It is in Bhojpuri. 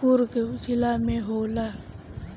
कुर्ग जिला में होला